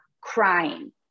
crying